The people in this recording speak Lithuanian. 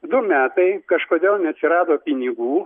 du metai kažkodėl neatsirado pinigų